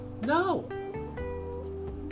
No